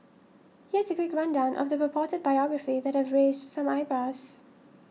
here's a quick rundown of the purported biography that have raised some eyebrows